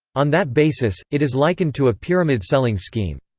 on that basis, it is likened to a pyramid selling scheme.